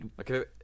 okay